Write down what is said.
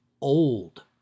old